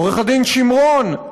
עורך-הדין שמרון,